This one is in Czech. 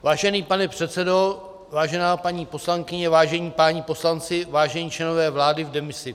Vážený pane předsedo, vážená paní poslankyně, vážení páni poslanci, vážení členové vlády v demisi.